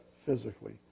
physically